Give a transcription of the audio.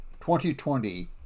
2020